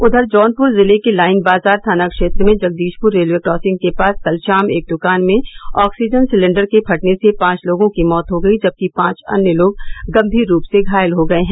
उधर जौनपुर जिले के लाइन बाजार थाना क्षेत्र में जगदीशपुर रेलवे कासिंग के पास कल शाम एक दुकान में ऑक्सीजन सिलेण्डर के फटने से पांच लोगों की मौत हो गयी जबकि पांच अन्य लोग गंभीर रूप से घायल हो गये हैं